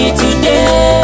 today